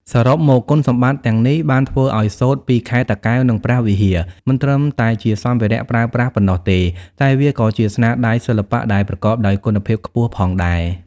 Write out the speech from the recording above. សរុបមក គុណសម្បត្តិទាំងនេះបានធ្វើឱ្យសូត្រពីខេត្តតាកែវ និងព្រះវិហារមិនត្រឹមតែជាសម្ភារៈប្រើប្រាស់ប៉ុណ្ណោះទេ តែវាក៏ជាស្នាដៃសិល្បៈដែលប្រកបដោយគុណភាពខ្ពស់ផងដែរ។